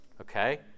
Okay